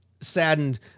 saddened